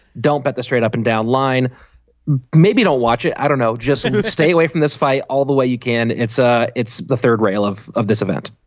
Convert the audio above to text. don't bet the straight up and down line maybe don't watch it. i don't know. just and stay away from this fight all the way you can. it's ah it's the third rail of of this event